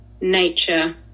nature